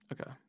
Okay